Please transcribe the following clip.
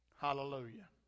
Hallelujah